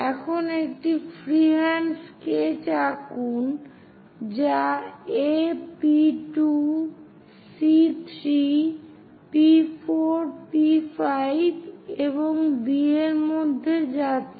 এখন একটি freehand sketch আঁকুন যা A P2 C3 P 4 P5 এবং B এর মধ্য দিয়ে যাচ্ছে